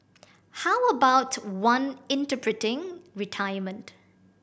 how about one interpreting retirement